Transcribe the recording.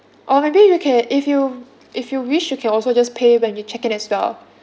or maybe you can if you if you wish you can also just pay when you check in as well